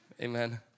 Amen